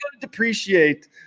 depreciate